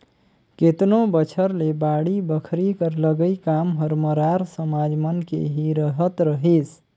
केतनो बछर ले बाड़ी बखरी कर लगई काम हर मरार समाज मन के ही रहत रहिस